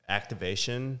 activation